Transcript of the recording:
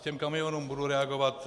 Ke kamionům budu reagovat.